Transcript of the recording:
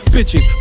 Bitches